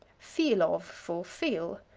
feel of for feel.